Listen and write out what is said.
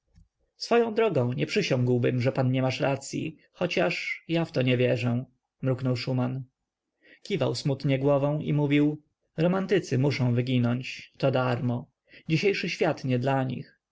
swoją drogą nie przysiągłbym że pan nie masz racyi chociaż ja w to nie wierzę mruknął szuman kiwał smutnie głową i mówił romantycy muszą wyginąć to darmo dzisiejszy świat nie dla nich